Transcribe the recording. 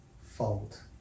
fault